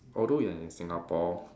although you are in Singapore